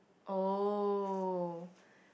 oh